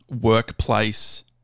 workplace